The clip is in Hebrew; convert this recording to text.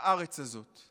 בארץ הזאת.